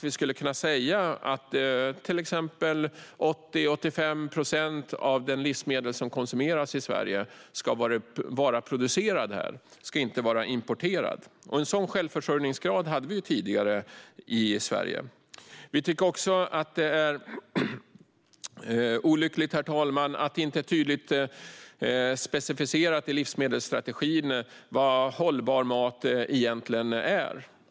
Vi skulle kunna säga att till exempel 80-85 procent av de livsmedel som konsumeras i Sverige ska vara producerade här och inte importerade. En sådan självförsörjningsgrad hade vi tidigare i Sverige. Vi tycker också, herr talman, att det är olyckligt att det inte är tydligt specificerat i livsmedelsstrategin vad hållbar mat egentligen är.